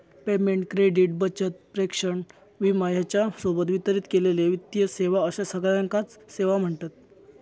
payment, credit, बचत, प्रेषण, विमा ह्येच्या सोबत वितरित केलेले वित्तीय सेवा अश्या सगळ्याकांच सेवा म्ह्णतत